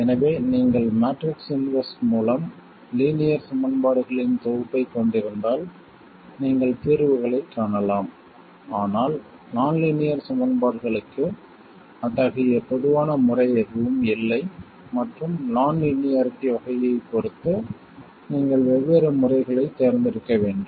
எனவே நீங்கள் matrix inverse மூலம் லீனியர் சமன்பாடுகளின் தொகுப்பைக் கொண்டிருந்தால் நீங்கள் தீர்வுகளைக் காணலாம் ஆனால் நான் லீனியர் சமன்பாடுகளுக்கு அத்தகைய பொதுவான முறை எதுவும் இல்லை மற்றும் நான் லீனியாரிட்டி வகையைப் பொறுத்து நீங்கள் வெவ்வேறு முறைகளைத் தேர்ந்தெடுக்க வேண்டும்